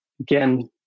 again